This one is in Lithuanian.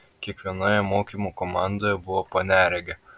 kiekvienoje mokymų komandoje buvo po neregę